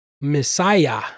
Messiah